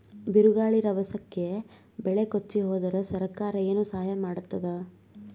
ಬಿರುಗಾಳಿ ರಭಸಕ್ಕೆ ಬೆಳೆ ಕೊಚ್ಚಿಹೋದರ ಸರಕಾರ ಏನು ಸಹಾಯ ಮಾಡತ್ತದ?